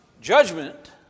judgment